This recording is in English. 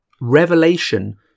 Revelation